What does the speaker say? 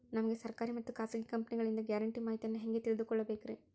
ನಮಗೆ ಸರ್ಕಾರಿ ಮತ್ತು ಖಾಸಗಿ ಕಂಪನಿಗಳಿಂದ ಗ್ಯಾರಂಟಿ ಮಾಹಿತಿಯನ್ನು ಹೆಂಗೆ ತಿಳಿದುಕೊಳ್ಳಬೇಕ್ರಿ?